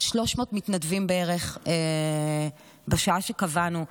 300 מתנדבים בערך בשעה שקבענו,